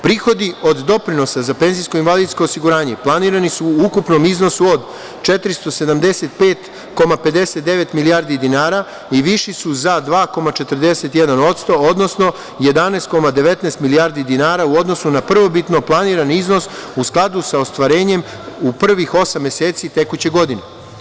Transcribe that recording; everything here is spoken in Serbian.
Prihodi od doprinosa za PIO planirani su u ukupnom iznosu od 475,59 milijardi dinara i viši su za 2,41%, odnosno 11,19 milijardi dinara u odnosu na prvobitno planiran iznos, u skladu sa ostvarenjem u prvih osam meseci tekuće godine.